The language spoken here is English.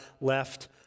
left